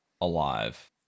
alive